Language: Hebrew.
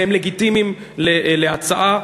והם לגיטימיים להצעה.